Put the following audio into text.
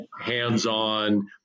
hands-on